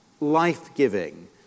life-giving